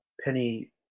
Penny